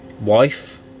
wife